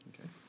okay